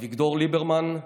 אביגדור ליברמן,